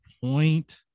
point